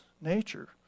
nature